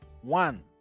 One